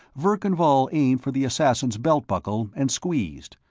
verkan vall aimed for the assassin's belt-buckle and squeezed.